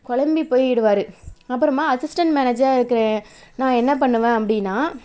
குழம்பி போயிடுவார் அப்புறமா அசிஸ்டண்ட் மேனேஜராக இருக்கிற நான் என்ன பண்ணுவேன் அப்படின்னா